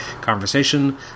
conversation